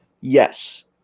Yes